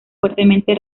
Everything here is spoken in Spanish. fuertemente